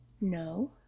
No